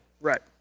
Right